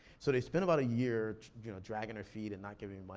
so they spent about a year you know dragging their feet and not giving me money,